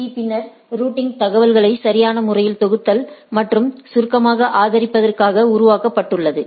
பீ பின்னர் ரூட்டிங் தகவல்களை சரியான முறையில் தொகுத்தல் மற்றும் சுருக்கமாக ஆதரிப்பதற்காக உருவாக்க பட்டுள்ளது